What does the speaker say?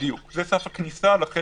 בדיוק, זה סף הכניסה לחדר.